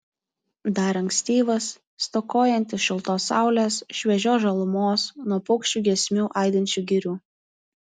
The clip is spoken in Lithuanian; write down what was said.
dar ankstyvas stokojantis šiltos saulės šviežios žalumos nuo paukščių giesmių aidinčių girių